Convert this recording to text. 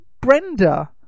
Brenda